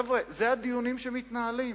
חבר'ה, אלה הדיונים שמתנהלים.